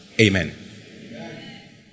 Amen